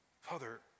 Father